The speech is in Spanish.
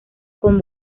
con